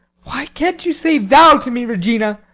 why can't you say thou to me, regina?